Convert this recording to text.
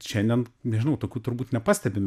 šiandien nežinau tokių turbūt nepastebime